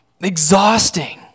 exhausting